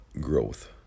growth